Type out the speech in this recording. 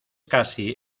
casi